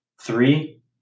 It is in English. Three